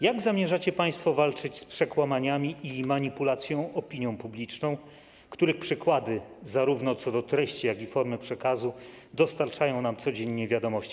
Jak zamierzacie państwo walczyć z przekłamaniami i manipulacją opinią publiczną, których przykłady, zarówno co do treści, jak i co do formy przekazu, dostarczają nam codziennie „Wiadomości”